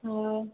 हा